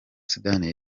sudani